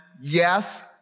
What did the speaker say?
Yes